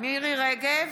מירי מרים רגב,